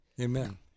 Amen